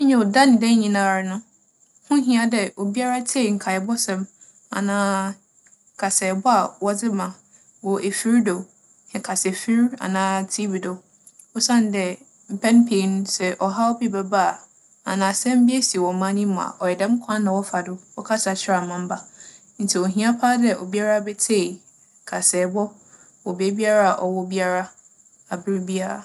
Nyew, da nye da nyinara no, ho hia dɛ obiara tsie nkaabͻsɛm anaa kasɛɛbͻ a wͻdze ma wͻ efir do, nkasaefir anaa TV do osiandɛ, mpɛn pii no, sɛ ͻhaw bi bɛba a, anaa asɛm bii esi wͻ ͻman yi mu a, ͻyɛ dɛm kwan no na wͻfa do wͻkasa kyerɛ amamba. Ntsi ohia paa dɛ obiara betsie kasɛɛbͻ wͻ beebiara a ͻwͻ biara aberbiara.